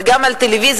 וגם עבור טלוויזיה,